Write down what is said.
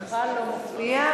שמך לא מופיע,